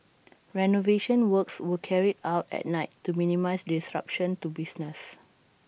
renovation works were carried out at night to minimise disruption to business